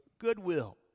Goodwill